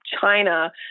China